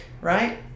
right